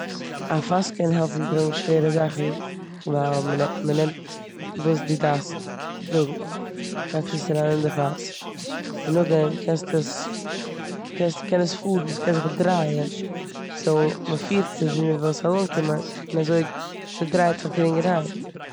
א פאס קען העלפן טראגן שווערע זאכן ווייל מ'נע- מ'נעמט וואס די דארפסט טראגן, לייגסט עס אריין אין די פאס און נאכדעם קענסט עס- קען עס פארן, ס'קען זיך דרייען. סאו מ'פירט עס ווי מ'וויל ס'זאל אנקומען און ס'דרייט זיך גרינגערהייט.